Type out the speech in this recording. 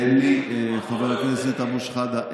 אין לי, חבר הכנסת אבו שחאדה.